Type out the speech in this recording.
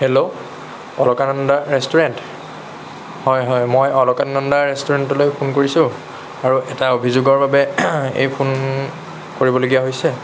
hello Alaknanda restaurant হয় হয় মই অলকানন্দা ৰেষ্টুৰেণ্টলৈ ফোন কৰিছোঁ আৰু এটা অভিযোগৰ বাবে এই ফোন কৰিবলগীয়া হৈছে